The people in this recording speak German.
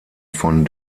von